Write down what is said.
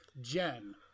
Jen